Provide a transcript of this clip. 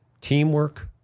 teamwork